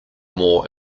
more